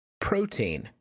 protein